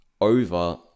over